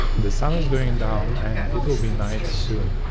the sun is going down and it will be night soon,